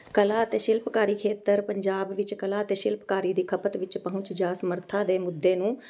ਕਲਾ ਅਤੇ ਸ਼ਿਲਪਕਾਰੀ ਖੇਤਰ ਪੰਜਾਬ ਵਿੱਚ ਕਲਾ ਅਤੇ ਸ਼ਿਲਪਕਾਰੀ ਦੀ ਖਪਤ ਵਿੱਚ ਪਹੁੰਚ ਜਾਂ ਸਮਰੱਥਾ ਦੇ ਮੁੱਦੇ ਨੂੰ